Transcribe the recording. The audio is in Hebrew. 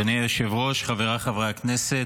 אדוני היושב-ראש, חבריי חברי הכנסת,